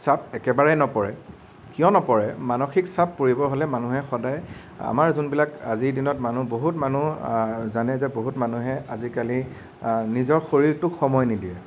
চাপ একেবাৰে নপৰে কিয় নপৰে মানসিক চাপ পৰিব হ'লে মানুহে সদায় আমাৰ যোনবিলাক আজিৰ দিনত মানুহ বহুত মানুহ জানে যে বহুত মানুহে আজিকালি নিজৰ শৰীৰটোক সময় নিদিয়ে